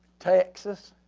texas.